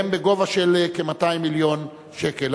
והם בגובה של 200 מיליון שקל.